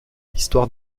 histoire